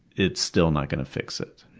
it's still not going to fix it,